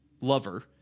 lover